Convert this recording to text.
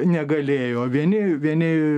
negalėjo vieni vieni